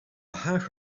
haag